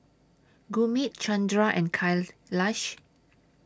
Gurmeet Chandra and Kailash